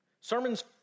sermons